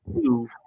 two